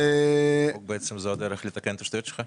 זאת הדרך לתקן את השטויות שלך.